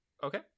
Okay